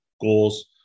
goals